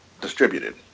distributed